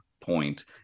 point